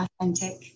authentic